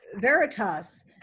Veritas